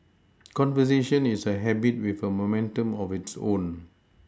conversation is a habit with momentum of its own